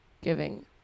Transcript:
giving